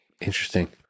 Interesting